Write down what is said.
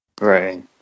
Right